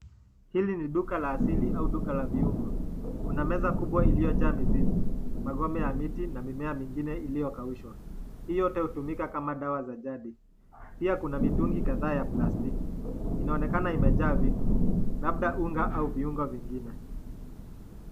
Hili ni duka la asili au duka la viungo ,kuna meza kubwa iliyojaa mizizi magome ya miti na mimea mingine iliyokaushwa. Hii yote hutumiwa kama dawa za jadi ,pia kuna mitungi kadhaa ya plastiki inaonekana imejaa vitu labda unga au viunga vingine.